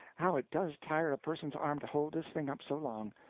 how it does tire a person's arm to hold this thing up so long!